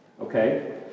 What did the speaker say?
okay